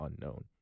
unknown